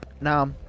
Now